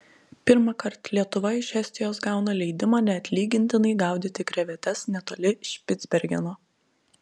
pirmąkart lietuva iš estijos gauna leidimą neatlygintinai gaudyti krevetes netoli špicbergeno